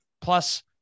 Plus